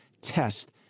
test